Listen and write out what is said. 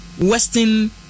Western